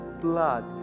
blood